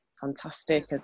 fantastic